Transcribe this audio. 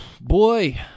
Boy